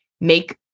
make